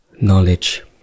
knowledge